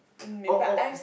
oh oh